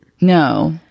no